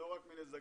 לא רק מנזקים